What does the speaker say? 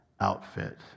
outfit